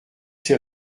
ces